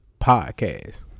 Podcast